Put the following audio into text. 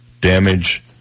damage